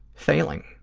failing.